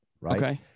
right